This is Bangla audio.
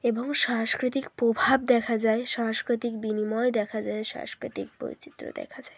এবং সাংস্কৃতিক প্রভাব দেখা যায় সাংস্কৃতিক বিনিময় দেখা যায় সাংস্কৃতিক বৈচিত্র্য দেখা যায়